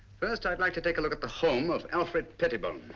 first, i'd like to take a look at the home of alfred pettibone.